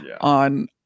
on